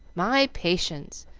my patience!